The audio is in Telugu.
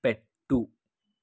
పెట్టు